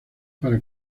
para